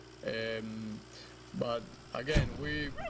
and um but again, we